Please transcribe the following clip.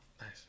Nice